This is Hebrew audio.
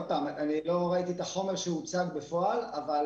שוב, לא ראיתי את החומר שהוצג בפועל, אבל